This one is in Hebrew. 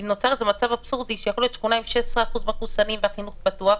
נוצר מצב אבסורדי שיכולה להיות שכונה עם 16% מחוסנים והחינוך פתוח,